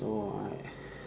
so I